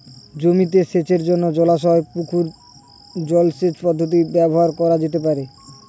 জমিতে সেচের জন্য জলাশয় ও পুকুরের জল সেচ পদ্ধতি ব্যবহার করা যেতে পারে?